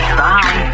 bye